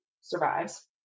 survives